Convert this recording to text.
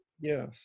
Yes